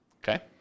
Okay